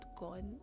gone